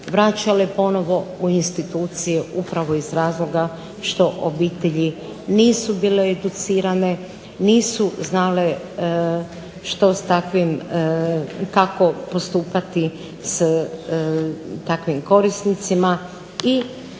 vraćale ponovno u institucije upravo iz razloga što obitelji nisu bile educirane, nisu znale što s takvim kako postupati s takvim korisnicima i